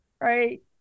Right